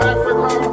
Africa